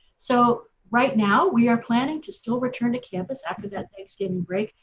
so, right now we are planning to still return to campus after that thanksgiving break,